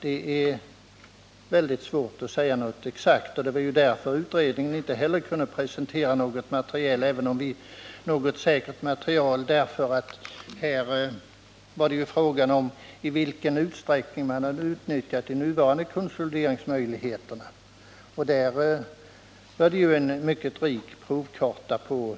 Det är väldigt svårt att säga något exakt, och det var därför som utredningen inte heller kunde presentera något säkert material. Då var det ju frågan om i vilken utsträckning de nuvarande konsolideringsmöjligheterna hade utnyttjats, och därvidlag fanns det en mycket rik provkarta.